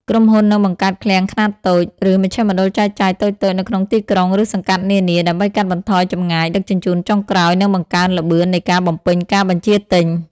ក្រុមហ៊ុននឹងបង្កើតឃ្លាំងខ្នាតតូច ឬមជ្ឈមណ្ឌលចែកចាយតូចៗនៅក្នុងទីក្រុង ឬសង្កាត់នានា ដើម្បីកាត់បន្ថយចម្ងាយដឹកជញ្ជូនចុងក្រោយ និងបង្កើនល្បឿននៃការបំពេញការបញ្ជាទិញ។